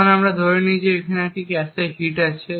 এখন আমরা ধরে নিই যে একটি ক্যাশে হিট আছে